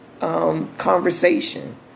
Conversation